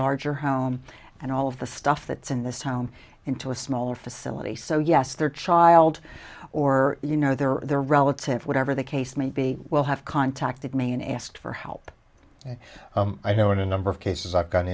larger home and all of the stuff that's in this town into a smaller facility so yes their child or you know their relative whatever the case may be will have contacted me and asked for help and i know in a number of cases i've got